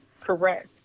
correct